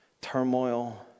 turmoil